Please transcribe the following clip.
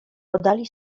podali